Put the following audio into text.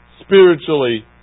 spiritually